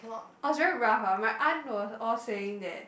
I was very rough ah my aunt were all saying that